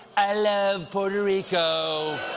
i love puerto rico!